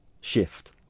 shift